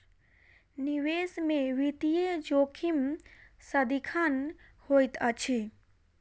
निवेश में वित्तीय जोखिम सदिखन होइत अछि